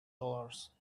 dollars